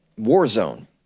Warzone